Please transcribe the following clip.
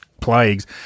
plagues